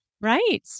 Right